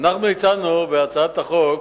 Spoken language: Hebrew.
אנחנו הצענו, בהצעת החוק,